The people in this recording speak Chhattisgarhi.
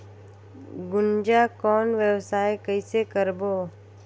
गुनजा कौन व्यवसाय कइसे करबो?